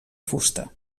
fusta